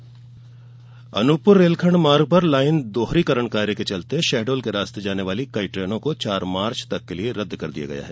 rail रदद अनूपपुर रेलखण्ड मार्ग पर लाइन दोहरीकरण कार्य के चलते शहडोल के रास्ते जाने वाली कई ट्रेनों को चार मार्च तक के लिए रदद कर दिया गया है